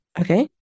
Okay